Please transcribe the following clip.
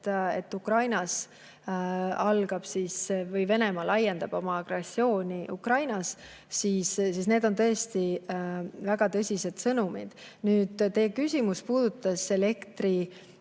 Ukrainas algab ... või Venemaa laiendab oma agressiooni Ukrainas, siis need on tõesti väga tõsised sõnumid. Nüüd, teie küsimus puudutas elektrivõrkude